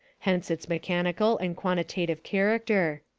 hence its mechanical and quantitative character.